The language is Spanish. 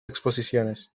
exposiciones